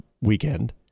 weekend